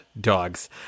dogs